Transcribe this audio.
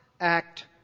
act